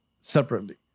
separately